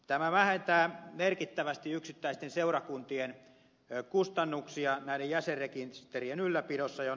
tämä vähentää merkittävästi yksittäisten seurakuntien kustannuksia näiden jäsenrekisterien ylläpidossa